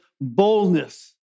boldness